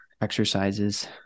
exercises